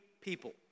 people